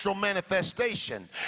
manifestation